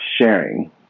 sharing